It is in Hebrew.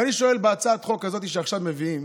אני שואל: בהצעת חוק הזאת שעכשיו מביאים,